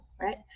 right